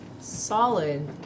Solid